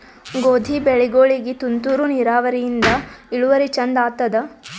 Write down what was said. ಗೋಧಿ ಬೆಳಿಗೋಳಿಗಿ ತುಂತೂರು ನಿರಾವರಿಯಿಂದ ಇಳುವರಿ ಚಂದ ಆತ್ತಾದ?